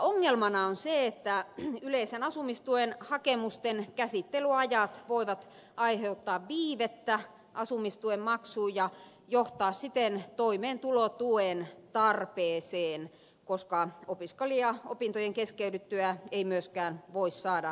ongelmana on se että yleisen asumistuen hakemusten käsittelyajat voivat aiheuttaa viivettä asumistuen maksuun ja johtaa siten toimeentulotuen tarpeeseen koska opiskelija opintojen keskeydyttyä ei myöskään voi saada opintolainaa